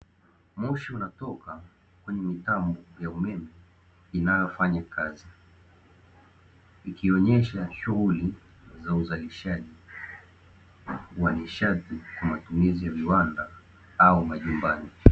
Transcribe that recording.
Moshi unatoka kwenye mitambo ya umeme inayofanya kazi, ikionyesha shughuli za uzalishaji wa nishati kwa matumizi ya viwanda au majumbani.